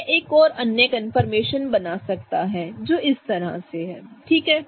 यह एक और अन्य कंफर्मेशन बना सकता है जो इस तरह से है ठीक है